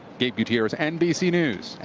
gabe gutierrez, nbc news,